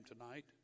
tonight